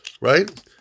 right